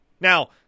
Now